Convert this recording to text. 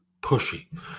pushy